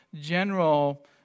general